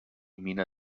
mina